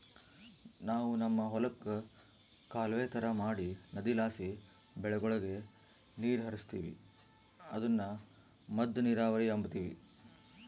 ನಾವು ನಮ್ ಹೊಲುಕ್ಕ ಕಾಲುವೆ ತರ ಮಾಡಿ ನದಿಲಾಸಿ ಬೆಳೆಗುಳಗೆ ನೀರು ಹರಿಸ್ತೀವಿ ಅದುನ್ನ ಮದ್ದ ನೀರಾವರಿ ಅಂಬತೀವಿ